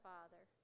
Father